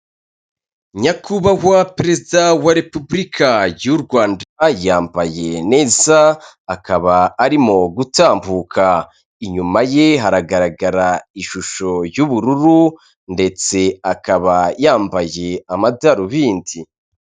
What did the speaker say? Nyakubahwa perezida wa repubulika y'u Rwanda yambaye neza akaba arimo gutambuka, inyuma ye hagaragara ishusho y'ubururu ndetse akaba yambaye amadarubindi.